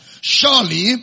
Surely